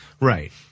Right